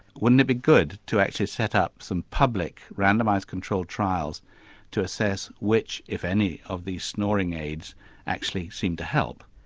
wouldn't it be good to actually set up some public randomised control trials to assess which, if any, of these snoring aids actually seem to help.